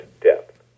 depth